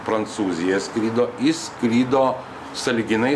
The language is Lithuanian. prancūziją skrido jis skrido sąlyginai